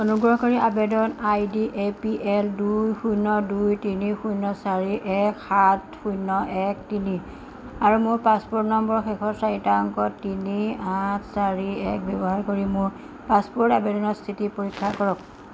অনুগ্ৰহ কৰি আবেদন আইডি এ পি এল দুই শূণ্য দুই তিনি শূণ্য চাৰি এক সাত শূণ্য এক তিনি আৰু মোৰ পাছপোৰ্ট নম্বৰৰ শেষৰ চাৰিটা অংক তিনি আঠ চাৰি এক ব্যৱহাৰ কৰি মোৰ পাছপোৰ্ট আবেদনৰ স্থিতি পৰীক্ষা কৰক